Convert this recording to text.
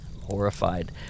horrified